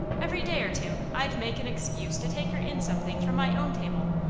every day or two i'd make an excuse to take her in something from my own table,